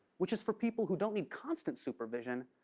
which is for people who don't need constant supervision,